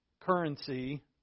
currency